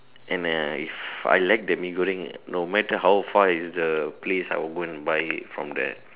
and uh if I like the Mee-Goreng no matter how far is the place I will go and buy it from there